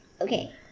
Okay